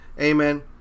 Amen